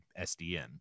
SDN